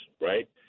right